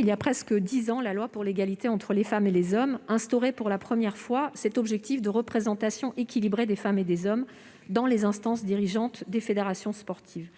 Il y a presque dix ans, la loi pour l'égalité réelle entre les femmes et les hommes instaurait, pour la première fois, un objectif de représentation équilibrée des femmes et des hommes dans les instances dirigeantes des fédérations sportives.